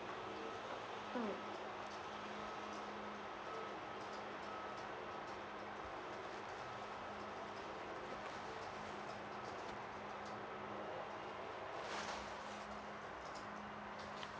mm